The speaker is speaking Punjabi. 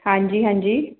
ਹਾਂਜੀ ਹਾਂਜੀ